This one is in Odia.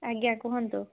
ଆଜ୍ଞା କୁହନ୍ତୁ